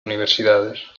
universidades